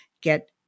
get